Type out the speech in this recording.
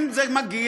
אם זה מגיע,